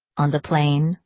on the plane,